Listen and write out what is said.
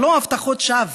ולא הבטחות שווא